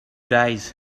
days